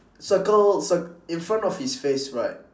circle cir~ in front of his face right